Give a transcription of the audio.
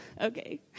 okay